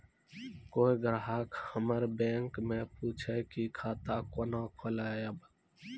कोय ग्राहक हमर बैक मैं पुछे की खाता कोना खोलायब?